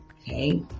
okay